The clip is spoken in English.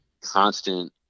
constant